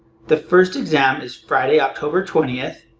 the first exam is friday, october twentieth,